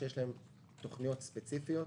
שיש להם תוכניות ספציפיות